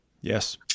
Yes